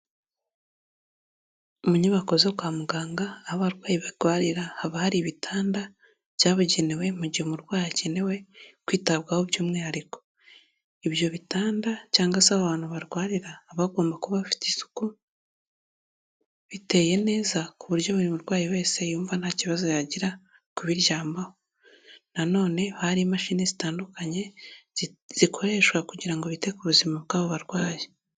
Mu nyubako zo kwa muganga aho abarwayi barwarira, haba hari ibitanda byabugenewe mu gihe umurwayi akenewe kwitabwaho by'umwihariko, ibyo bitanda cyangwa se aho abantu barwarira haba hagomba kuba hafite isuku, biteye neza ku buryo buri murwayi wese yumva nta kibazo yagira cyo kubiryamaho nanone haba hari imashini zitandukanye zikoreshwa kugira ngo bite ku buzima bw'abo barwayi.